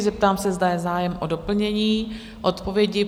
Zeptám se, zda je zájem o doplnění odpovědi?